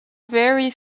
very